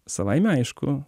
savaime aišku